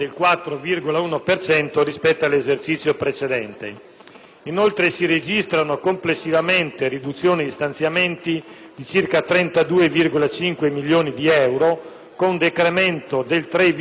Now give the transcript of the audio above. Inoltre, si registrano complessivamente riduzioni di stanziamenti di circa 32,5 milioni di euro, con decremento del 3,6 per cento rispetto alle previsioni della legge di assestamento.